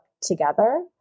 together